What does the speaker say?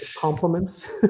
compliments